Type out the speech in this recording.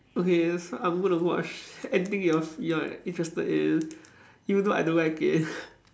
okay so I'm going to watch anything you are you are interested in even though I don't like it